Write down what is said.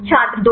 छात्र 2